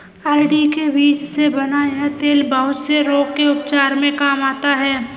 अरंडी के बीज से बना यह तेल बहुत से रोग के उपचार में काम आता है